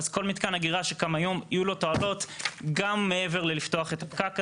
אז לכל מתקן שקם היום יהיו תועלות גם מעבר ללפתוח את הפקק הזה.